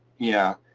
yeah,